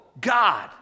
God